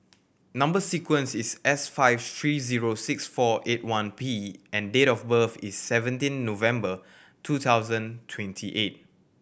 number sequence is S five three zero six four eight one P and date of birth is seventeen November two thousand twenty eight